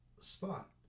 spot